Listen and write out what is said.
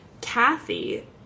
Kathy